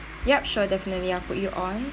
yup sure definitely I'll put you on